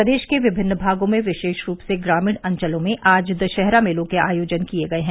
प्रदेश के विभिन्न भागों में विशेष रूप से ग्रामीण अंचलों में आज दशहरा मेलों के आयोजन किए गये हैं